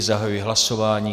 Zahajuji hlasování.